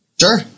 Sure